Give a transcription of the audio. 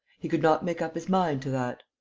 he could not make up his mind to that.